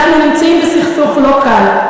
אנחנו נמצאים בסכסוך לא קל,